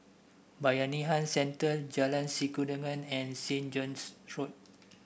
Bayanihan Centre Jalan Sikudangan and Saint John's Road